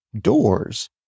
doors